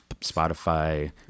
Spotify